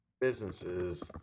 businesses